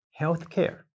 healthcare